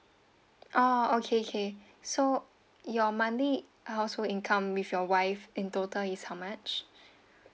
oh okay K so your monthly household income with your wife in total is how much